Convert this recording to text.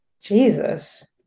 Jesus